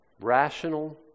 rational